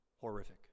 horrific